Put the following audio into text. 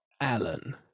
alan